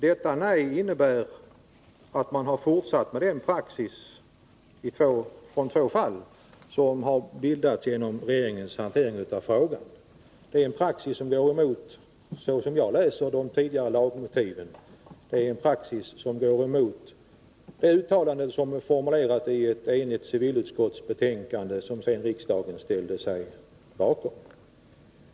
Detta nej innebär att man har fortsatt med den praxis som har bildats genom regeringens hantering av två fall. Det är en praxis som går emot, som jag läser det, de tidigare lagmotiven. Det är en praxis som går emot de uttalanden som formulerats i ett enigt civilutskottsbetänkande, vilket riksdagen ställde sig bakom.